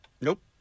Nope